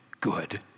good